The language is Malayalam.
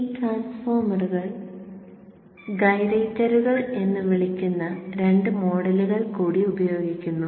ഈ ട്രാൻസ്ഫോർമർ ഗൈറേറ്ററുകൾ എന്ന് വിളിക്കുന്ന രണ്ട് മോഡലുകൾ കൂടി ഉപയോഗിക്കുന്നു